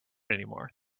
anymore